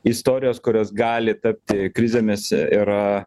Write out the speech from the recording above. istorijos kurios gali tapti krizėmis yra